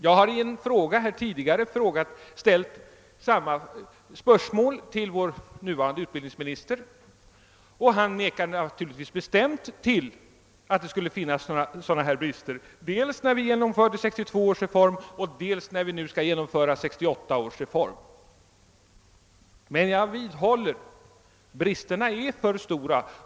Jag har i en fråga här tidigare ställt samma spörsmål till vår nuvarande utbildningsminister, och han nekade naturligtvis bestämt till att det skulle finnas några sådana brister, vare sig när vi genomförde 1962 års reform eller när vi nu skall genomföra 1968 års reform. Men jag vidhåller: bristerna är för stora.